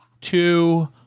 two